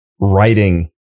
writing